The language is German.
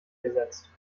gesetzt